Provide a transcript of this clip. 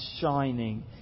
shining